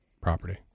property